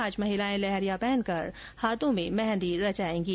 आज महिलाएं लहरिया पहनकर हाथों में मेहंदी रचाएंगी